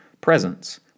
presence